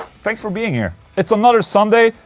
thanks for being here. it's another sunday,